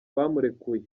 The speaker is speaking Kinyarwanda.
bamurekuye